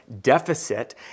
deficit